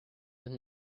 with